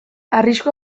arrisku